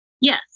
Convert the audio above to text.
Yes